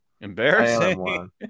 Embarrassing